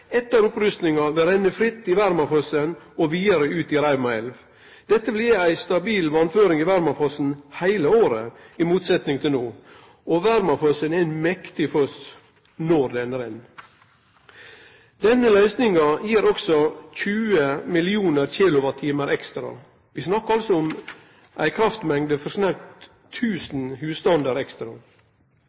etter opprustinga vil renne fritt i Vermafossen og vidare ut i Rauma elv. Dette vil gi ei stabil vassføring i Vermafossen heile året, i motsetnad til no. Og Vermafossen er ein mektig foss – når han renn. Denne løysinga gir 20 mill. kWh ekstra. Vi snakkar altså om ei kraftmengd for snautt 1 000 husstandar ekstra.